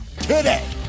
today